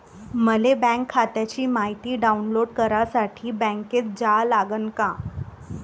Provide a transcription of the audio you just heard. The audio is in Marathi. मले बँक खात्याची मायती डाऊनलोड करासाठी बँकेत जा लागन का?